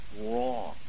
wrong